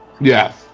Yes